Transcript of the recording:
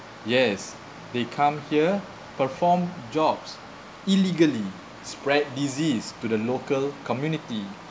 yes they come here perform jobs illegally spread disease to the local community